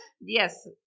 yes